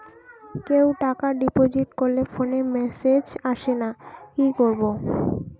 কেউ টাকা ডিপোজিট করলে ফোনে মেসেজ আসেনা কি করবো?